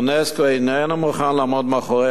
אונסק"ו איננו מוכן לעמוד מאחורי